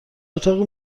اتاقی